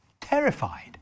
terrified